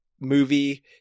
movie